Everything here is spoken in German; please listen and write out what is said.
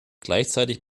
gleichzeitig